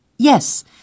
Yes